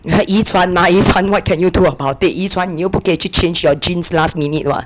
遗传嘛遗传 what can you do about it 遗传你又不可以去 change your genes last minute [what]